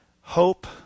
hope